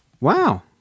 Wow